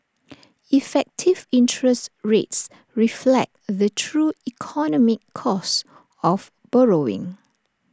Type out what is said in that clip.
effective interest rates reflect the true economic cost of borrowing